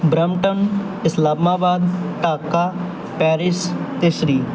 Brampton Islamabad Dhaka Paris ਅਤੇ ਸਰੀ